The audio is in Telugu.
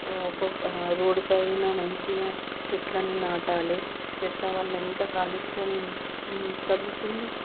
ఒక్కొక్క రోడ్డు పైన మంచిగా చెట్లను నాటాలి చెట్ల వల్ల ఎంత కాలుష్యం తగ్గుతుంది